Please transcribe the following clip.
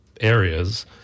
areas